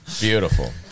Beautiful